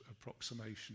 approximation